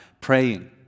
praying